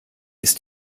ist